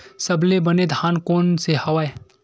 सबले बने धान कोन से हवय?